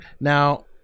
Now